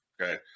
Okay